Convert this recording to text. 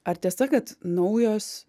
ar tiesa kad naujos